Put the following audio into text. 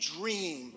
dream